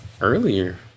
earlier